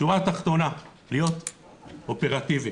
השורה התחתונה, להיות אופרטיבי: